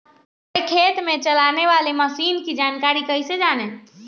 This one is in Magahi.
हमारे खेत में चलाने वाली मशीन की जानकारी कैसे जाने?